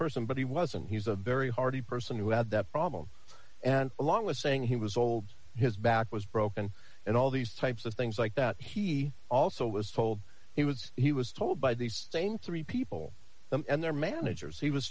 person but he wasn't he was a very hearty person who had that problem and along with saying he was old his back was broken and all these types of things like that he also was told he was he was told by these same three people and their managers he was